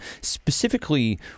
Specifically